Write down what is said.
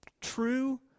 True